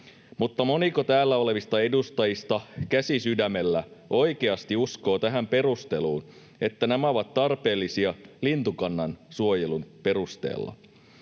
Mutta moniko täällä olevista edustajista, käsi sydämellä, oikeasti uskoo tähän perusteluun, että nämä ovat tarpeellisia lintukannan suojelun perusteella.